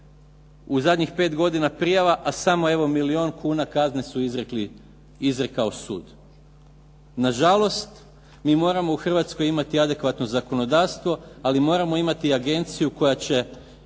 u zadnjih 5 godina, a samo evo milijun kazne su izrekao sud. Na žalost mi u Hrvatskoj moramo imati adekvatno zakonodavstvo, ali moramo imati agenciju koja će